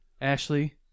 Ashley